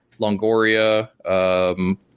Longoria